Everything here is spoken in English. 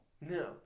No